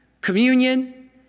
communion